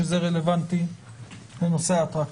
שזה רלוונטי לנושא האטרקציות.